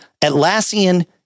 Atlassian